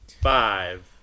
Five